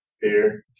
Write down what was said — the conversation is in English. Fear